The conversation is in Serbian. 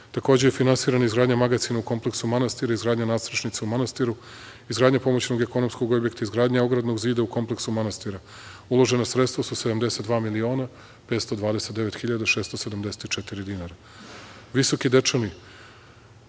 Takođe je finansirana izgradnja magacina u kompleksu manastira, izgradnja nadstrešnice u manastiru, izgradnja pomoćnog ekonomskog objekta, izgradnja ogradnog zida u kompleksu manastira. Uložena sredstva su 72 miliona 529 hiljada